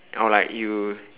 or like you